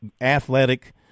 athletic